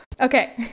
Okay